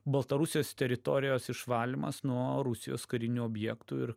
baltarusijos teritorijos išvalymas nuo rusijos karinių objektų ir